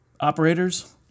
Operators